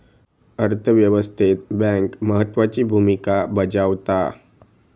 अर्थ व्यवस्थेत बँक महत्त्वाची भूमिका बजावता